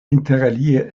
interalie